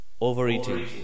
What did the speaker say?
Overeating